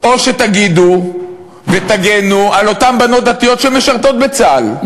או שתגידו ותגנו על אותן בנות דתיות שמשרתות בצה"ל,